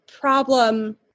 problem